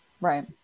Right